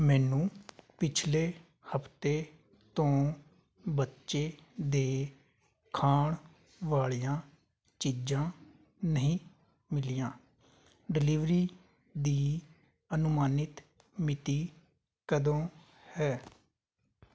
ਮੈਨੂੰ ਪਿਛਲੇ ਹਫ਼ਤੇ ਤੋਂ ਬੱਚੇ ਦੇ ਖਾਣ ਵਾਲੀਆਂ ਚੀਜ਼ਾਂ ਨਹੀਂ ਮਿਲੀਆਂ ਡਿਲੀਵਰੀ ਦੀ ਅਨੁਮਾਨਿਤ ਮਿਤੀ ਕਦੋਂ ਹੈ